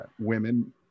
women